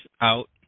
out